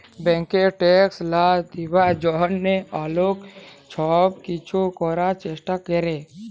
ব্যাংকে ট্যাক্স লা দিবার জ্যনহে অলেক ছব কিছু ক্যরার চেষ্টা ক্যরে